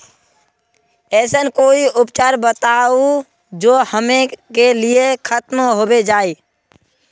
ऐसन कोई उपचार बताऊं जो हमेशा के लिए खत्म होबे जाए?